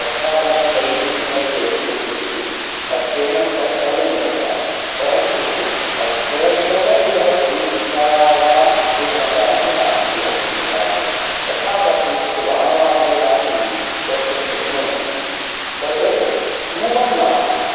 अध्यापनं तैः कृतं चेत् गुरुभिः अध्ययनं कर्तव्यमेव परन्तु अध्ययनेन एव परीक्षायाम् उत्तीर्णता इति नास्ति अस्मिन् काले यथा कथञ्चित् वाममार्गेणापि कर्तुं शक्नुवन्ति तत् पूर्वं नासीत्